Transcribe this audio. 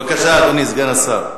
בבקשה, אדוני, סגן השר.